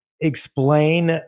explain